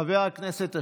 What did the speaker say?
חבר הכנסת אשר,